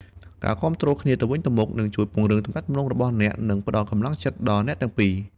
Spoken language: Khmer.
ការគាំទ្រគ្នាទៅវិញទៅមកនឹងជួយពង្រឹងទំនាក់ទំនងរបស់អ្នក និងផ្តល់កម្លាំងចិត្តដល់អ្នកទាំងពីរ។